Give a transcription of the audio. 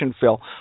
Phil